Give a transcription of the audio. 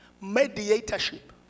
mediatorship